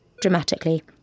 dramatically